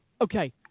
Okay